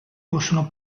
possono